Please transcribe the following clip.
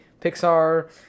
Pixar